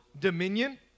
dominion